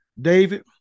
David